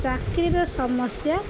ଚାକିରିର ସମସ୍ୟା